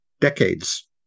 decades